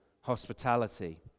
hospitality